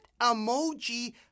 emoji